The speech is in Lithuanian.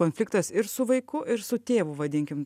konfliktas ir su vaiku ir su tėvu vadinkim